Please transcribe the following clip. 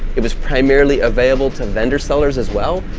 it was primarily available to vendor sellers as well,